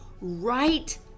right